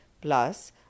Plus